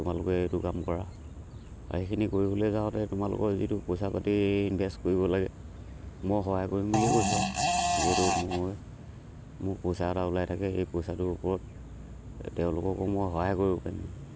তোমালোকে এইটো কাম কৰা আৰু সেইখিনি কৰিবলৈ যাওঁতে তোমালোকৰ যিটো পইচা পাতি ইনভেষ্ট কৰিব লাগে মই সহায় কৰিম বুলিয়ে কৈছোঁ আৰু যিহেতু মই মোৰ পইচা এটা ওলাই থাকে এই পইচাটোৰ ওপৰত তেওঁলোককো মই সহায় কৰিব পাৰিম